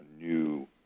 new